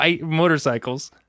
motorcycles